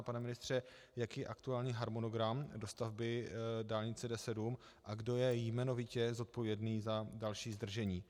Pane ministře, jaký je aktuální harmonogram dostavby dálnice D7 a kdo je jmenovitě zodpovědný za další zdržení?